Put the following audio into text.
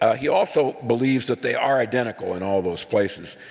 ah he also believes that they are identical in all those places,